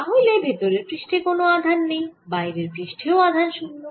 তাহলে ভেতরের পৃষ্ঠে কোন আধান নেই বাইরের পৃষ্ঠেও আধান 0